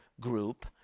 group